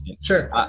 Sure